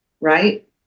right